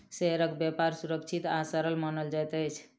शेयरक व्यापार सुरक्षित आ सरल मानल जाइत अछि